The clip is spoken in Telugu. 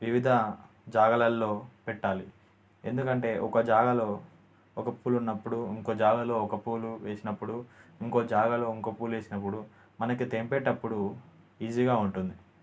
వివిధ జాగాలలో పెట్టాలి ఎందుకంటే ఒక జాగాలో ఒక పూలు ఉన్నప్పుడు ఇంకో జాగాలో ఒక పూలు వేసినప్పుడు ఇంకో జాగాలో ఇంకో పూలు వేసినప్పుడు మనకి తెంపేటప్పుడు ఈజీగా ఉంటుంది